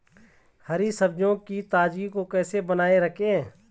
हरी सब्जियों की ताजगी को कैसे बनाये रखें?